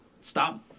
stop